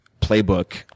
playbook